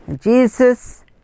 Jesus